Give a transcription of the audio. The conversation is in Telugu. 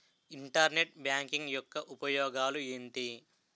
ఇంటర్నెట్ బ్యాంకింగ్ యెక్క ఉపయోగాలు ఎంటి?